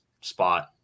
spot